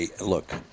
look